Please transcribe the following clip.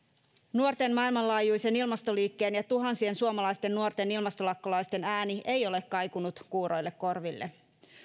nuorten maailmanlaajuisen ilmastoliikkeen ja ja tuhansien suomalaisten nuorten ilmastolakkolaisten ääni ei ole kaikunut kuuroille korville